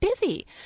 busy